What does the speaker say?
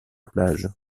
plage